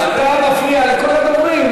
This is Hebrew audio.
אתה מפריע לכל הדוברים.